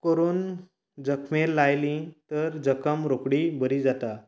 करून जखमेंक लायली तर जखम रोखडीच बरी जाता